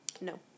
No